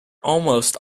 almost